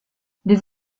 des